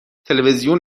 تلویزیون